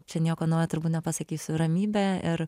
čia nieko naujo turbūt nepasakysiu ramybė ir